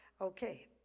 Okay